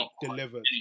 delivered